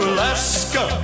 Alaska